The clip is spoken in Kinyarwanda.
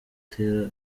agatera